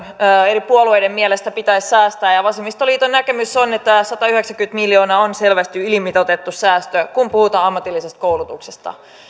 eri puolueiden mielestä pitäisi säästää vasemmistoliiton näkemys on että satayhdeksänkymmentä miljoonaa on selvästi ylimitoitettu säästö kun puhutaan ammatillisesta koulutuksesta